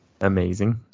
Amazing